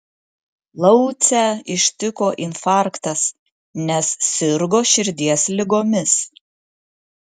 laucę ištiko infarktas nes sirgo širdies ligomis